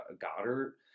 Goddard